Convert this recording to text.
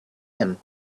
him